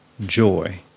joy